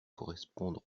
correspondre